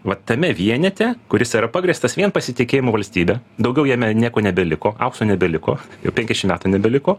vat tame vienete kuris yra pagrįstas vien pasitikėjimu valstybe daugiau jame nieko nebeliko aukso nebeliko jau penkiašim metų nebeliko